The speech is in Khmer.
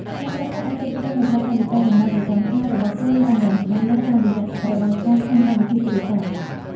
អ្នកប្រើប្រាស់អាចគ្រប់គ្រងកញ្ចប់ថវិកាចំណាយប្រចាំខែរបស់ខ្លួនបានយ៉ាងច្បាស់លាស់តាមរយៈរបាយការណ៍ក្នុងកម្មវិធីទូរស័ព្ទ។